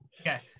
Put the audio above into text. Okay